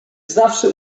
zawsze